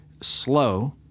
slow